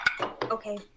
okay